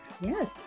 Yes